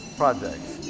projects